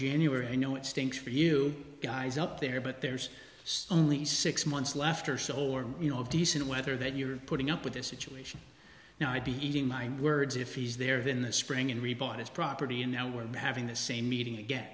january i know it stinks for you guys up there but there's only six months left or stolen you know of decent weather that you're putting up with this situation now i'd be eating my words if he's there in the spring and rebought his property and now we're having the same meeting again